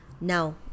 now